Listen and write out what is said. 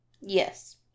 Yes